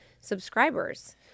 subscribers